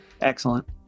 Excellent